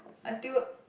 until